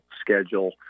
schedule